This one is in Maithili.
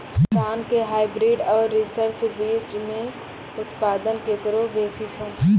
धान के हाईब्रीड और रिसर्च बीज मे उत्पादन केकरो बेसी छै?